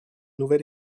nouvel